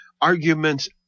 Arguments